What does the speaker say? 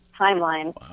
timeline